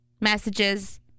messages